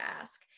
ask